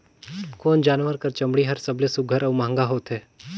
कोन जानवर कर चमड़ी हर सबले सुघ्घर और महंगा होथे?